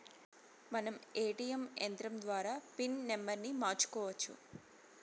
మనం ఏ.టీ.యం యంత్రం ద్వారా పిన్ నంబర్ని మార్చుకోవచ్చు